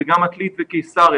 זה גם עתלית וקיסריה.